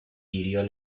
hirió